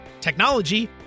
technology